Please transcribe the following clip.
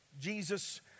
Jesus